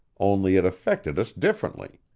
only it affected us differently.